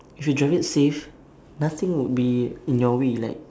if you drive it safe nothing would be in your way like